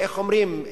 איך אומרים?